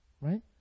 right